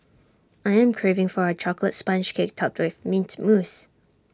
I am craving for A Chocolate Sponge Cake Topped with Mint Mousse